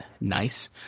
Nice